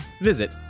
visit